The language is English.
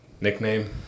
nickname